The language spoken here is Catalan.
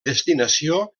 destinació